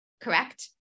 Correct